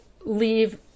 leave